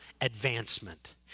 advancement